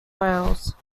wales